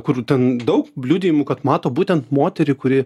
kur ten daug bliudijimų kad mato būtent moterį kuri